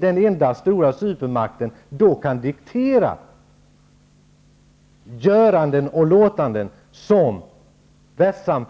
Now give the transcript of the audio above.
Den enda stora supermakten kan då exempelvis diktera göranden och låtanden som FN